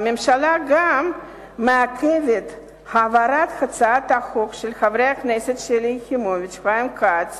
הממשלה גם מעכבת העברת הצעת חוק של חברי הכנסת שלי יחימוביץ וחיים כץ